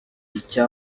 icya